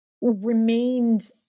remained